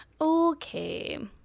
Okay